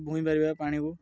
ବୋହି ପାରିବା ପାଣିକୁ